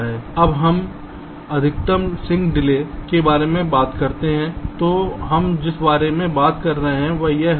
अब जब हम अधिकतम सिंक डिले के बारे में बात करते हैं तो हम जिस बारे में बात कर रहे हैं वह यह है